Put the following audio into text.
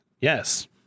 Yes